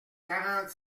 quarante